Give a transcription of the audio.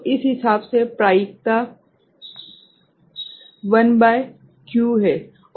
तो इस हिसाब से प्रायिकता 1 भागित q है